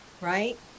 right